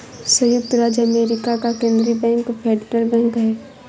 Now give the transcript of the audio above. सयुक्त राज्य अमेरिका का केन्द्रीय बैंक फेडरल बैंक है